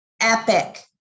epic